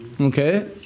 Okay